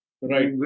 right